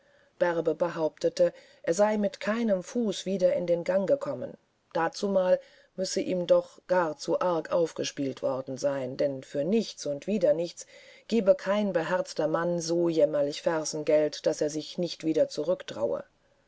bärbe behauptete er sei mit keinem fuß wieder in den gang gekommen dazumal müsse ihm doch gar zu arg aufgespielt worden sein denn für nichts und wieder nichts gebe kein beherzter mann so jämmerlich fersengeld daß er sich nicht wieder